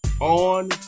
on